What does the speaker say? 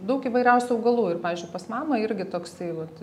daug įvairiausių augalų ir pavyzdžiui pas mamą irgi toksai vat